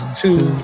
two